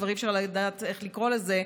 כבר אי-אפשר לדעת איך לקרוא לזה,